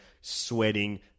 sweating